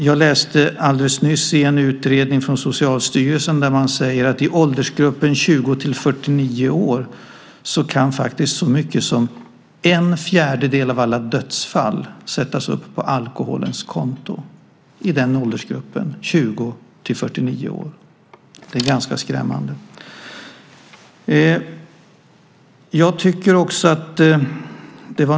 Jag läste nyligen i en utredning från Socialstyrelsen att i åldersgruppen 20-49 år kan så mycket som en fjärdedel av alla dödsfall sättas upp på alkoholens konto. Det är ganska skrämmande.